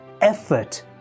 effort